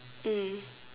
mm